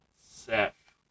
Seth